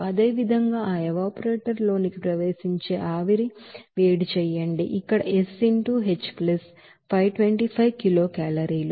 అదేవిధంగా ఆ ఎవాపరేటర్ లోనికి ప్రవేశించే ఆవిరితో వేడి చేయండి ఇక్కడ S into h plus 525 కిలోకేలరీలు